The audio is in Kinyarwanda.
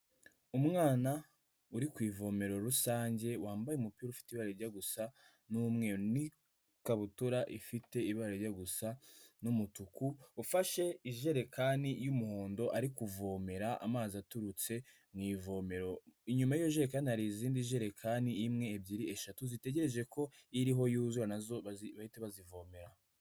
Umwana uri ku ivomero rusange wambaye umupira ufite ibara rijya gusa n'umweru n'ikabutura ifite ibara rijya gusa n'umutuku, ufashe ijerekani y'umuhondo ari kuvomera amazi aturutse mu ivomero. Inyuma y'iyo jerekani hari izindi jerekani imwe, ebyiri, eshatu zitegereje ko iriho yuzura na zo bahite bazivomera.